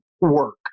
work